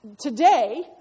today